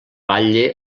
batlle